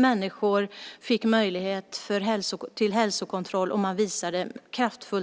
Människor fick möjlighet till hälsokontroll och man visade